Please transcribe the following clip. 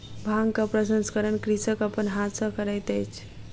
भांगक प्रसंस्करण कृषक अपन हाथ सॅ करैत अछि